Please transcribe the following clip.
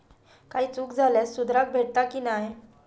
काही चूक झाल्यास सुधारक भेटता की नाय?